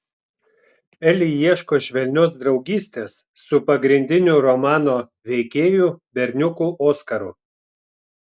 eli ieško švelnios draugystės su pagrindiniu romano veikėju berniuku oskaru